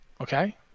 Okay